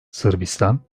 sırbistan